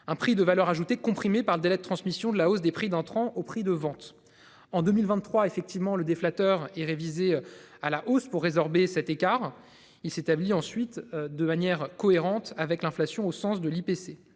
un prix de valeur ajoutée comprimés par le délai de transmission de la hausse des prix d'entrants au prix de vente en 2023 effectivement le des flatteur et révisé à la hausse pour résorber cet écart. Il s'établit ensuite de manière cohérente avec l'inflation au sens de l'IPC.